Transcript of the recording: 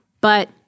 but-